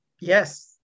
yes